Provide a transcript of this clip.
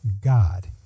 God